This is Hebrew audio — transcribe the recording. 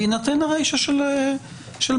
בהינתן הרישא של 220ג?